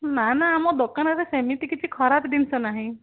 ନା ନା ଆମ ଦୋକାନରେ ସେମିତି କିଛି ଖରାପ ଜିନିଷ ନାହିଁ